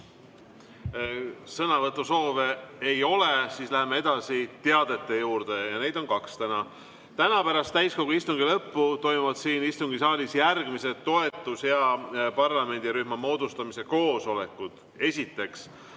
Sõnavõtusoove ei ole. Siis läheme edasi teadete juurde, neid on täna kaks. Täna pärast täiskogu istungi lõppu toimuvad siin istungisaalis [ühe] toetusrühma ja [ühe] parlamendirühma moodustamise koosolekud. Esiteks,